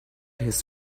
his